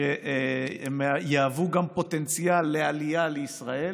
שהם יהוו גם פוטנציאל לעלייה לישראל,